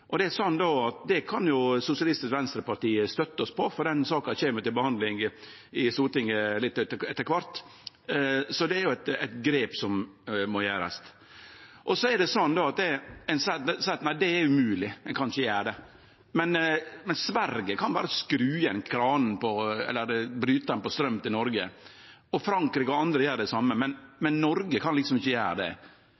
Det kan Sosialistisk Venstreparti støtte oss i, for den saka kjem til behandling i Stortinget etter kvart. Det er eit grep som må gjerast. Så seier ein at dette er umogleg, ein kan ikkje gjere det. Sverige kan berre bryte straumen til Noreg, og Frankrike og andre gjer det same, men Noreg kan liksom ikkje gjere det. Då er det iallfall på tide at vi begynner å sjå på det som har skjedd på ein del område. Så er det